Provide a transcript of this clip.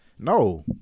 No